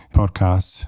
podcast